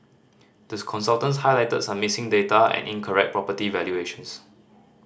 the consultants highlighted some missing data and incorrect property valuations